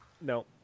No